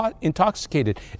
intoxicated